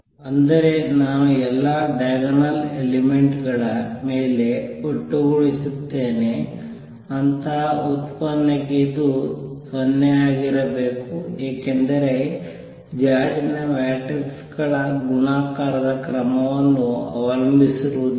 ಅಂದರೆ ನಾನು ಎಲ್ಲಾ ಡೈಯಗನಲ್ ಎಲಿಮೆಂಟ್ ಗಳ ಮೇಲೆ ಒಟ್ಟುಗೂಡಿಸುತ್ತೇನೆ ಅಂತಹ ಉತ್ಪನ್ನಕ್ಕೆ ಇದು 0 ಆಗಿರಬೇಕು ಏಕೆಂದರೆ ಜಾಡಿನ ಮ್ಯಾಟ್ರಿಕ್ಗಳ ಗುಣಾಕಾರದ ಕ್ರಮವನ್ನು ಅವಲಂಬಿಸಿರುವುದಿಲ್ಲ